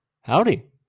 Howdy